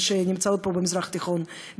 במזרח התיכון,